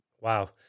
Wow